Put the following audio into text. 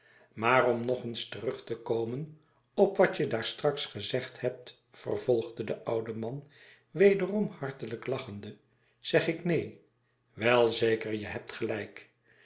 maar om nog eens terug te komen op wat je daar straks gezegd hebt vervolgde de oude man wederom hartelijk lachende zeg ik neen wel zeker je hebt gelijk